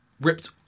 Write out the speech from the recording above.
ripped